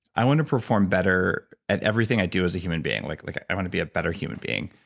i want to perform better at everything i do as a human being, like like i i want to be a better human being.